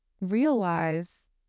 realize